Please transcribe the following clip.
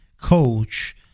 coach